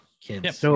kids